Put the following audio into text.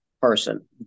person